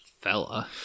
fella